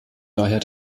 daher